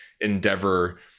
endeavor